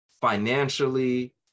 financially